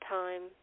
time